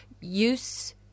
use